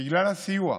בגלל הסיוע.